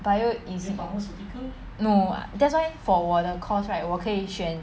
bio is no that's why for 我的 course right 我可以选